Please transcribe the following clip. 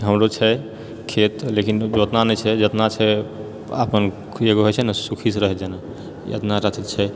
हमरो छै खेत लेकिन ओतना नहि छै लेकिन जेतना छै अपन एगो होइ छै ने सुखीसँ रहि जेना